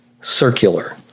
circular